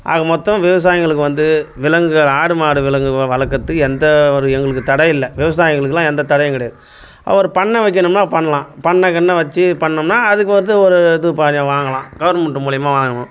ஆக மொத்தம் விவசாயிங்களுக்கு வந்து விலங்குகள் ஆடு மாடு விலங்குகள் வ வளர்க்கிறத்துக்கு எந்த ஒரு எங்களுக்கு தடையில்லை விவசாயிங்களுக்கெல்லாம் எந்த தடையும் கிடையாது ஒரு பண்ணை வைக்கணும்னா பண்ணைலாம் பண்ணை கிண்ணை வச்சு பண்ணிணோம்னா அதுக்கு வந்து ஒரு இது பாதியை வாங்கலாம் கவர்மெண்ட்டு மூலியமா வாங்கணும்